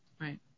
Right